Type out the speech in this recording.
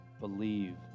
Believe